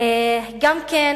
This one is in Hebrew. גם כן,